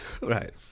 Right